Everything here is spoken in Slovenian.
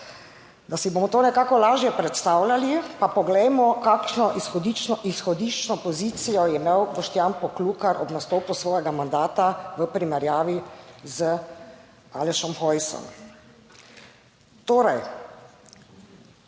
Da si bomo to nekako lažje predstavljali, pa poglejmo, kakšno izhodiščno pozicijo je imel Boštjan Poklukar ob nastopu svojega mandata v primerjavi z Alešem Hojsom. Torej,